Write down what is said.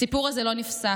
הסיפור הזה לא נפסק,